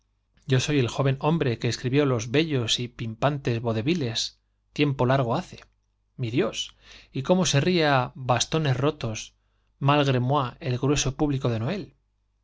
yo soy eljopen hombre que escribió los bellos y pim pantes oaudeoilles tiempo largo hace mi dios y ríe á bastones rotos moi el grueso cómo se malgre público de noel